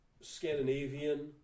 Scandinavian